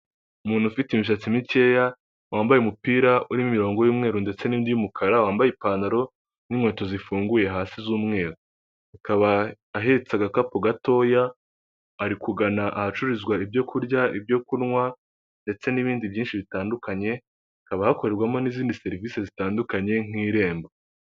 Umuntu ufite imisatsi mikeya wambaye umupira uririmo imirongo y'umweru ndetse n'indi y'umukara, wambaye ipantaro n'inkweto zifunguye hasi z'umweru, akaba ahetse agakapu gatoya ari kugana ahacururizwa ibyo kurya, ibyo kunywa ndetse n'ibindi byinshi bitandukanye, hakaba hakorerwamo n'izindi serivisi zitandukanye nk'Irembo.